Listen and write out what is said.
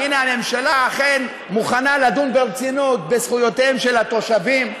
שהנה הממשלה אכן מוכנה לדון ברצינות בזכויותיהם של התושבים.